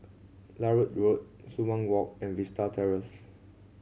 Larut Road Sumang Walk and Vista Terrace